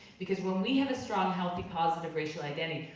because when we have a strong, healthy, positive racial identity,